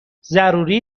ضروری